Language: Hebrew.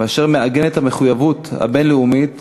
אשר מעגנת את המחויבות הבין-לאומית